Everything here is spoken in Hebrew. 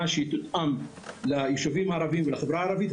שתותאם ליישובים הערביים ולחברה הערבית.